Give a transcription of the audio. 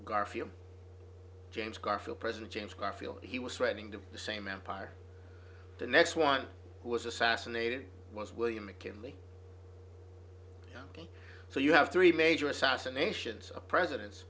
garfield james garfield president james garfield he was writing to the same empire the next one who was assassinated was william mckinley so you have three major assassinations of presidents